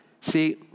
See